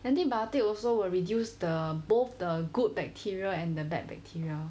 antibiotic also will reduce the both the good bacteria and the bad bacteria